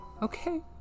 Okay